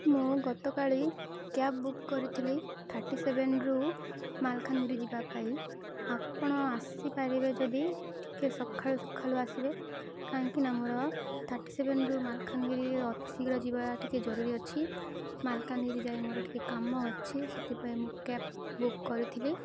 ମୁଁ ଗତକାଲି cab book କରିଥିଲି ଥାର୍ଟି ସେଭେନରୁୁ ମାଲକାନଗିରି ଯିବା ପାଇଁ ଆପଣ ଆସିପାରିବେ ଯଦି ଟିକେ ସଖାଳୁ ସଖାଳୁ ଆସିବେ କାହିଁକିନା ମୋର ଥାର୍ଟି ସେଭେନରୁୁ ମାଲକାନଗିରି ଅତିଶୀଘ୍ର ଯିବା ଟିକେ ଜରୁରୀ ଅଛି ମାଲକାନଗିରି ଯାଇଏ ମୋର ଟିକେ କାମ ଅଛି ସେଥିପାଇଁ ମୁଁ କ୍ୟାବ୍ ବୁକ୍ କରିଥିଲି